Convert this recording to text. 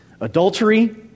Adultery